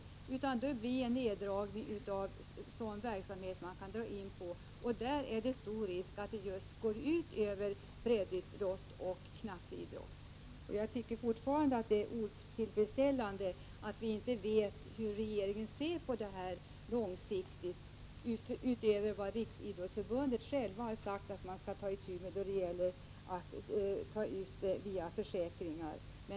Det blir då en neddragning av sådan verksamhet som de kan dra in på. Det är stor risk att detta går ut över just breddoch knatteidrott. Jag tycker fortfarande att det är otillfredsställande att vi inte vet hur regeringen långsiktigt ser på denna fråga. Vi får inte något besked utöver upplysningen att Riksidrottsförbundet självt har sagt att man skall ta itu med problemet och bl.a. undersöka möjligheterna att ta ut avgifterna via försäkringar.